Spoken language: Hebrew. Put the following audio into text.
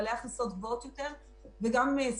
לעזור לכם לדווח ביחד אבל לא להידפק